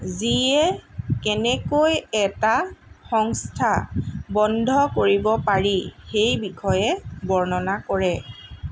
যিয়ে কেনেকৈ এটা সংস্থা বন্ধ কৰিব পাৰি সেই বিষয়ে বৰ্ণনা কৰে